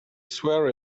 swear